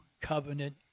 covenant